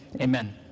amen